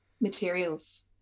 materials